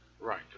Right